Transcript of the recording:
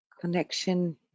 connection